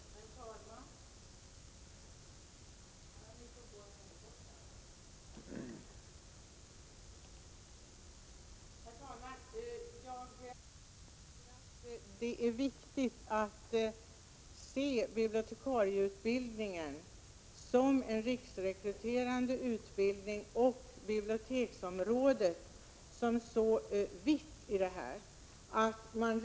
Herr talman! Jag tycker att det är viktigt att se bibliotekarieutbildningen som en riksrekryterande utbildning och biblioteksområdet som ett mycket vitt område i detta sammanhang.